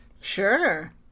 sure